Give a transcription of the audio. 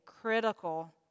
critical